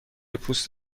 پوست